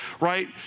right